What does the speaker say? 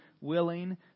willing